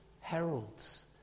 heralds